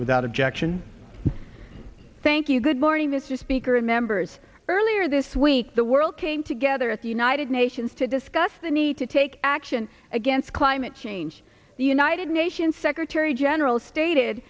without objection thank you good morning mr speaker and members earlier this week the world came together at the united nations to discuss the need to take action against climate change the united nations secretary general stated